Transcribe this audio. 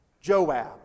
Joab